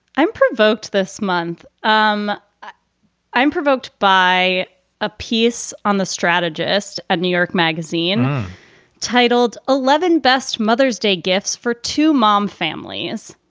i'm provoked this month. um ah i'm provoked by a piece on the strategist at new york magazine titled elevon best mother's day gifts for two mom families.